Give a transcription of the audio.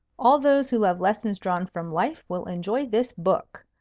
all those who love lessons drawn from life will enjoy this book.